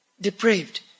Depraved